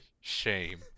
Shame